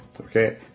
okay